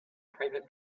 private